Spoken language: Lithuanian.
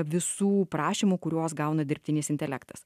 visų prašymų kuriuos gauna dirbtinis intelektas